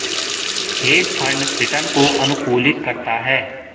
hedge fund return को अनुकूलित करता है